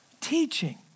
Teaching